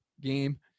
game